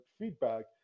feedback